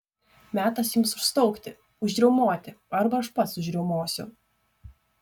metas jums užstaugti užriaumoti arba aš pats užriaumosiu